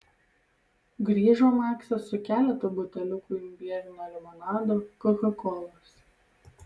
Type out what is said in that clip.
grįžo maksas su keletu buteliukų imbierinio limonado kokakolos